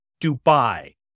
Dubai